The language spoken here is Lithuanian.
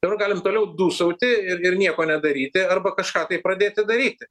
dabar galim toliau dūsauti ir ir nieko nedaryti arba kažką tai pradėti daryti